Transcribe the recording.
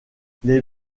les